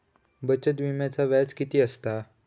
बचत विम्याचा व्याज किती असता?